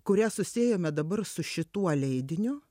kurią susiejome dabar su šituo leidiniu